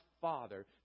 father